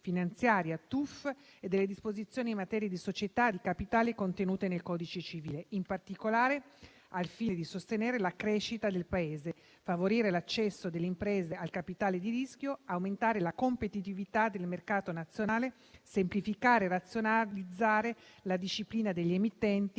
finanziarie (TUF) e delle disposizioni in materia di società di capitali contenute nel codice civile, in particolare al fine di sostenere la crescita del Paese, favorire l'accesso delle imprese al capitale di rischio, aumentare la competitività del mercato nazionale, semplificare e razionalizzare la disciplina degli emittenti,